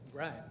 Right